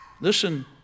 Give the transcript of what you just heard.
Listen